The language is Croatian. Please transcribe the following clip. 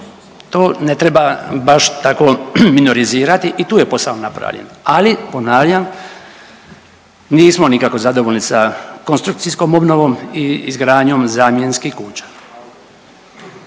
to ne treba baš tako minorizirati i tu je posao napravljen, ali ponavljam, nismo nikako zadovoljni sa konstrukcijskom obnovom i izgradnjom zamjenskih kuća.